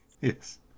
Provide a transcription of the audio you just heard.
Yes